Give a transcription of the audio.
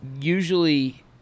Usually